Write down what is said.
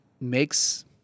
makes